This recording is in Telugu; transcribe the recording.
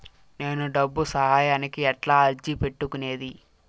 నేను డబ్బు సహాయానికి ఎట్లా అర్జీ పెట్టుకునేది?